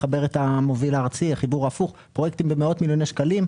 לחבר את המוביל הארצי החיבור ההפוך פרויקטים במאות מיליוני שקלים,